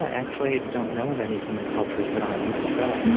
actually i don't know of any human cultures that aren't messed up,